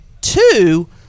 two